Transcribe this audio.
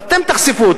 ואתם תחשפו,